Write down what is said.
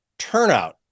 turnout